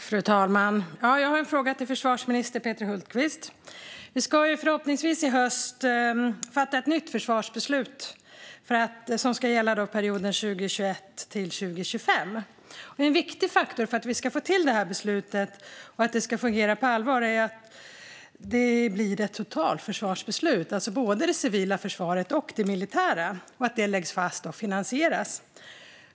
Fru talman! Jag har en fråga till försvarsminister Peter Hultqvist. I höst ska vi förhoppningsvis fatta ett nytt försvarsbeslut som ska gälla för perioden 2021-2025. En viktig faktor för att få till det beslutet och för att det ska fungera på allvar är att det blir ett totalförsvarsbeslut, alltså för både det civila och det militära försvaret, och att det läggs fast och finansieras.